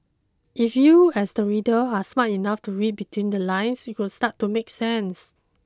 if you as the reader are smart enough to read between the lines it would start to make sense